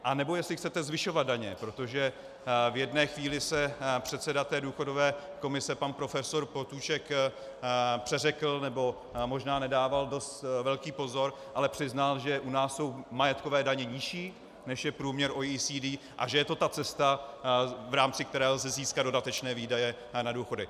Anebo jestli chcete zvyšovat daně, protože v jedné chvíli se předseda důchodové komise pan profesor Potůček přeřekl, nebo možná nedával dost velký pozor, ale přiznal, že u nás jsou majetkové daně nižší, než je průměr OECD, a že je to ta cesta, v rámci které lze získat dodatečné výdaje na důchody.